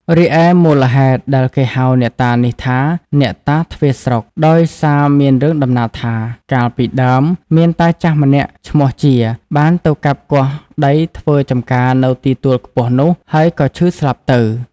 រីឯមូលហេតុដែលគេហៅអ្នកតានេះថា "អ្នកតាទ្វារស្រុក" ដោយសារមានរឿងតំណាលថា កាលពីដើម មានតាចាស់ម្នាក់ឈ្មោះ ជា បានទៅកាប់គាស់ដីធ្វើចម្ការនៅទីទួលខ្ពស់នោះ ហើយក៏ឈឺស្លាប់ទៅ ។